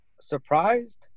surprised